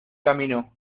camino